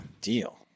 deal